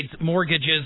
mortgages